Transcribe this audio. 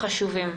חשובים,